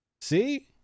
See